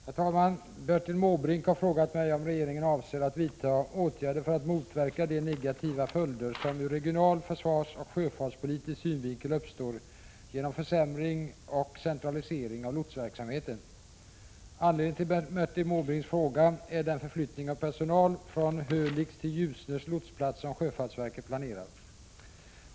Herr talman! Bertil Måbrink har frågat mig om regeringen avser att vidta åtgärder för att motverka de negativa följder som ur regional-, försvarsoch sjöfartspolitisk synvinkel uppstår genom försämring och centralisering av lotsverksamheten. Anledningen till Bertil Måbrinks fråga är den förflyttning av personal från Hölicks till Ljusnes lotsplats som sjöfartsverket planerar.